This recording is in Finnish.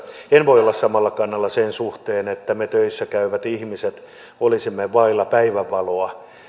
en voi olla samalla kannalla sen suhteen että me töissä käyvät ihmiset olisimme vailla päivänvaloa